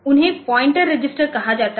उन्हें pointer register कहा जाता है